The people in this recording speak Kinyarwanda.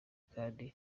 kandi